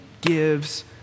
gives